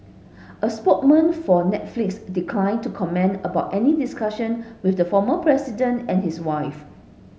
a spokesman for Netflix declined to comment about any discussion with the former president and his wife